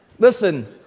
Listen